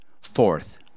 Fourth